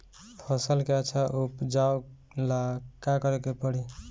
फसल के अच्छा उपजाव ला का करे के परी?